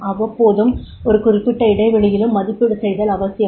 அவ்வப்போதும் ஒரு குறிப்பிட்ட இடைவெளியிலும் மதிப்பீடு செய்தல் அவசியம்